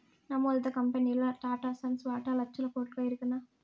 నమోదిత కంపెనీల్ల టాటాసన్స్ వాటా లచ్చల కోట్లుగా ఎరికనా